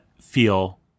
feel